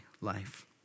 life